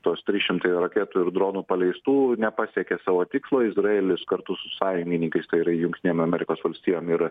tos trys šimtai raketų ir dronų paleistų nepasiekė savo tikslo izraelis kartu su sąjungininkais tai yra jungtinėm amerikos valstijom ir